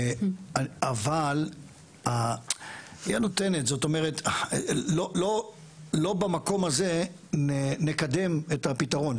אבל נותנת זאת אומרת לא במקום הזה נקדם את הפתרון.